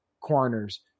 corners